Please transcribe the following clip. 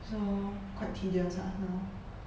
so quite tedious lah now